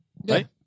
Right